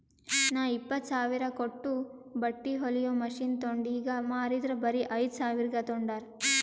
ನಾ ಇಪ್ಪತ್ತ್ ಸಾವಿರ ಕೊಟ್ಟು ಬಟ್ಟಿ ಹೊಲಿಯೋ ಮಷಿನ್ ತೊಂಡ್ ಈಗ ಮಾರಿದರ್ ಬರೆ ಐಯ್ದ ಸಾವಿರ್ಗ ತೊಂಡಾರ್